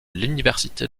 l’université